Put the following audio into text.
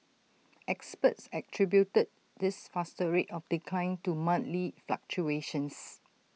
experts attributed this faster rate of decline to monthly fluctuations